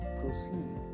proceed